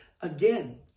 again